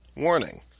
Warning